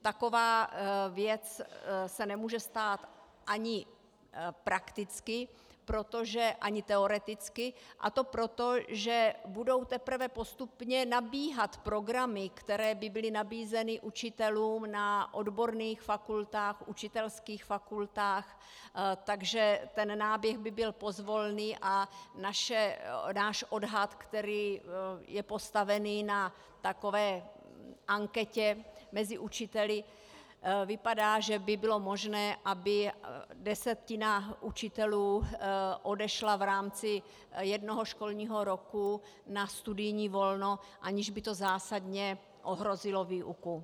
Taková věc se nemůže stát ani prakticky, ani teoreticky, a to proto, že budou teprve postupně nabíhat programy, které by byly nabízeny učitelům na odborných fakultách, učitelských fakultách, takže ten náběh by byl pozvolný a náš odhad, který je postavený na takové anketě mezi učiteli, vypadá, že by bylo možné, aby desetina učitelů odešla v rámci jednoho školního roku na studijní volno, aniž by to zásadně ohrozilo výuku.